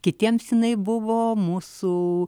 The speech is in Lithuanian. kitiems jinai buvo mūsų